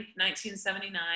1979